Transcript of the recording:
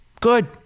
Good